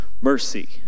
mercy